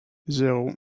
zéro